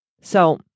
so-